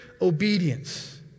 obedience